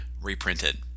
reprinted